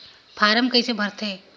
Form कइसे भरते?